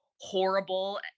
horrible